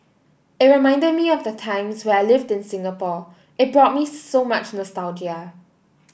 it reminded me of the times where I lived in Singapore it brought me so much nostalgia